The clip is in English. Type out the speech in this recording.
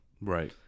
Right